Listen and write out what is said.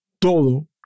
todo